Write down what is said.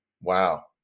Wow